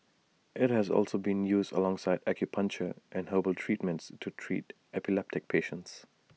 IT has also been used alongside acupuncture and herbal treatments to treat epileptic patients